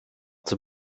the